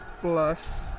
plus